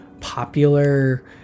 popular